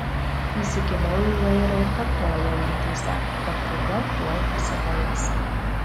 įsikibau į vairą ir kartojau mintyse kad pūga tuoj pasibaigs